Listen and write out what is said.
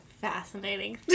fascinating